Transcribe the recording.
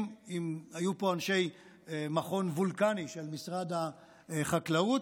היו פה אנשי מכון וולקני של משרד החקלאות.